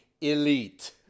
elite